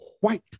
white